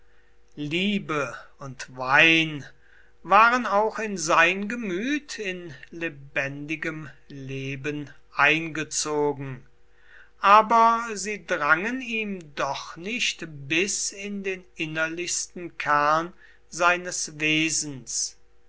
liebe und wein waren auch in sein gemüt in lebendigem leben eingezogen aber sie drangen ihm doch nicht bis in den innerlichsten kern seines wesens